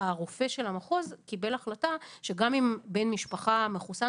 הרופא של המחוז קיבל החלטה שגם אם בן משפחה מחוסן,